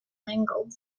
mingled